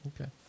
Okay